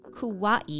Kauai